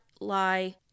lie